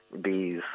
bees